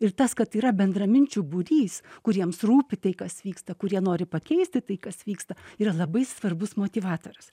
ir tas kad yra bendraminčių būrys kuriems rūpi tai kas vyksta kurie nori pakeisti tai kas vyksta yra labai svarbus motyvatorius